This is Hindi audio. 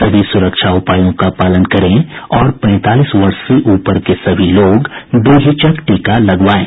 सभी सुरक्षा उपायों का पालन करें और पैंतालीस वर्ष से ऊपर के सभी लोग बेहिचक टीका लगवाएं